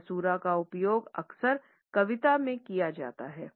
कैसुरा का उपयोग अक्सर कविता में किया जाता है